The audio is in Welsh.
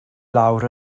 lawr